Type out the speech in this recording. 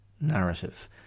narrative